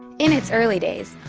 in its early days,